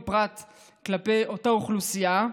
בפרט כלפי אותה אוכלוסייה.